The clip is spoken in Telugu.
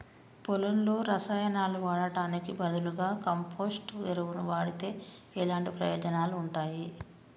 పొలంలో రసాయనాలు వాడటానికి బదులుగా కంపోస్ట్ ఎరువును వాడితే ఎలాంటి ప్రయోజనాలు ఉంటాయి?